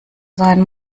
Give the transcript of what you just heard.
sein